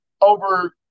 over